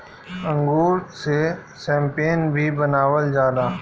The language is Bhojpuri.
अंगूर से शैम्पेन भी बनावल जाला